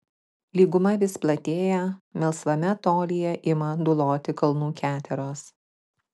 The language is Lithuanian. lyguma vis platėja melsvame tolyje ima dūluoti kalnų keteros